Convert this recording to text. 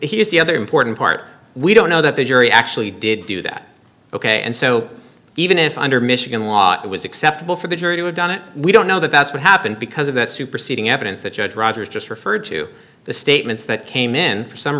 hears the other important part we don't know that the jury actually did do that ok and so even if i under mr going law it was acceptable for the jury to have done it we don't know that that's what happened because of that superseding evidence that judge rogers just referred to the statements that came in for some